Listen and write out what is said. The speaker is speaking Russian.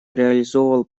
реализовывал